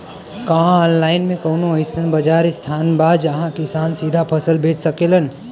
का आनलाइन मे कौनो अइसन बाजार स्थान बा जहाँ किसान सीधा फसल बेच सकेलन?